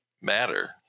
matter